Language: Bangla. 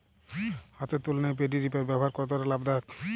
হাতের তুলনায় পেডি রিপার ব্যবহার কতটা লাভদায়ক?